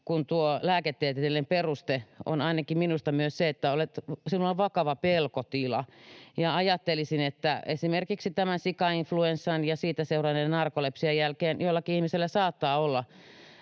lääketieteellinen peruste on ainakin minusta myös se, että sinulla on vakava pelkotila, ja ajattelisin, että esimerkiksi sikainfluenssan ja siitä seuranneen narkolepsian jälkeen joillakin ihmisillä saattaa olla